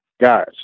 guys